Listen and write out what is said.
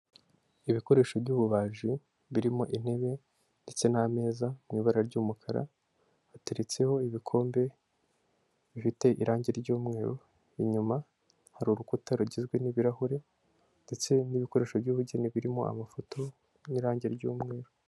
Ibikoresho by'ububaji birimo intebe ndetse n'ameza mu ibara ry'umukara, hateretseho ibikombe bifite irange ry'umweru, inyuma hari urukuta rugizwe n'ibirahure ndetse n'ibikoresho by'ubugeni birimo amafoto mu irange ry'umweru.